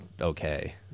okay